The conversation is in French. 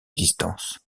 distance